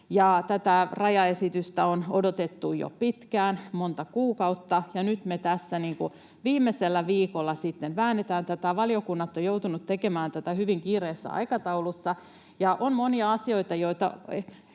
Tätä rajaesitystä on odotettu jo pitkään, monta kuukautta, ja nyt me tässä viimeisellä viikolla sitten väännetään tätä. Valiokunnat ovat joutuneet tekemään tätä hyvin kireässä aikataulussa, ja on monia asioita,